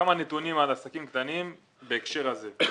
כמה נתונים על עסקים קטנים בהקשר הזה.